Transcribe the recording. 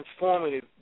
transformative